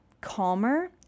calmer